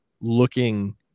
looking